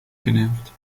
genervt